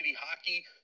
Hockey